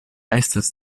estas